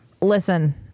listen